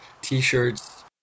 T-shirts